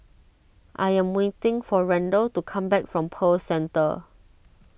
I am waiting for Randall to come back from Pearl Centre